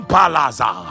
Palaza